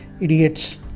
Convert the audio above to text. Idiots